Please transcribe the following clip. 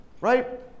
Right